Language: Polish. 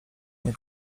nie